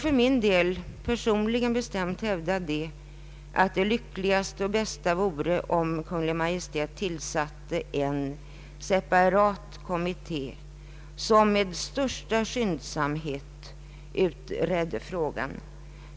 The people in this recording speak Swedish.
För min del vill jag bestämt hävda att det lyckligaste och bästa vore om Kungl. Maj:t tillsatte en separat kommitté som med största skyndsamhet utredde frågan.